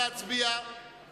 להלן קבוצת סיעת בל"ד,